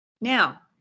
Now